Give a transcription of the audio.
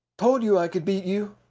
told you i could beat you!